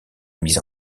mis